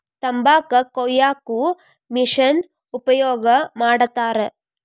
ತಂಬಾಕ ಕೊಯ್ಯಾಕು ಮಿಶೆನ್ ಉಪಯೋಗ ಮಾಡತಾರ